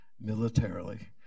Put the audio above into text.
militarily